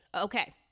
Okay